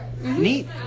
Neat